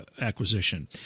acquisition